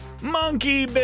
Monkey